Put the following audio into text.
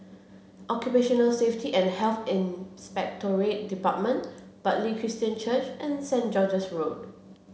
Occupational Safety and Health Inspectorate Department Bartley Christian Church and Saint George's Road